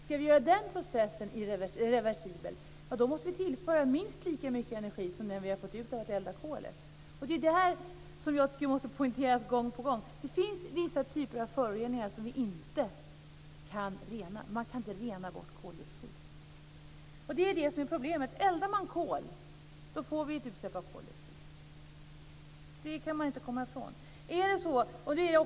Ska vi göra den processen reversibel måste vi tillföra minst lika mycket energi som den vi har fått ut genom att elda kolet. Det här måste poängteras gång på gång. Det finns vissa typer av föroreningar som vi inte kan rena. Man kan inte rena bort koldioxid, och det är det som är problemet. Eldar man kol får man ett utsläpp av koldioxid. Det kan man inte komma ifrån.